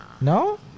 No